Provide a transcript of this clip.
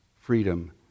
Freedom